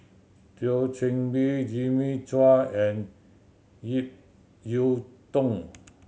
Thio Chan Bee Jimmy Chua and Ip Yiu Tung